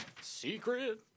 secret